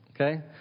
Okay